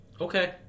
Okay